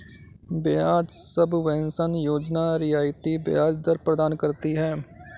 ब्याज सबवेंशन योजना रियायती ब्याज दर प्रदान करती है